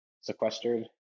sequestered